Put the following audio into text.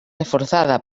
reforzada